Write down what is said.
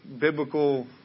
biblical